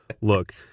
look